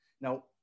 Now